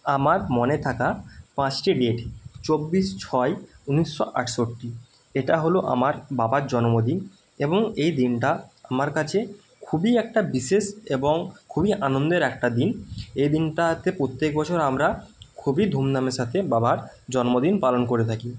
আমার মনে থাকা পাঁশটি ডেট চব্বিশ ছয় উনিশশো আটষট্টি এটা হলো আমার বাবার জন্মদিন এবং এই দিনটা আমার কাছে খুবই একটা বিশেষ এবং খুবই আনন্দের একটা দিন এই দিনটাতে প্রত্যেক বছর আমরা খুবই ধুমধামের সাতে বাবার জন্মদিন পালন করে থাকি